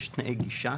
יש תנאי גישה,